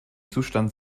zustand